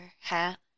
hat